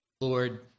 Lord